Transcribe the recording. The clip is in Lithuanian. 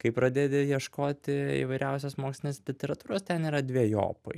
kai pradedi ieškoti įvairiausios mokslinės literatūros ten yra dvejopai